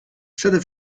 przede